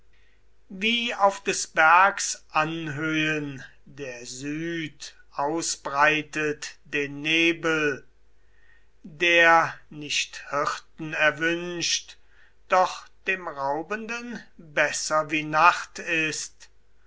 wie auf des bergs anhöhen der süd ausbreitet den nebel der nicht hirten erwünscht doch dem raubenden besser wie nacht ist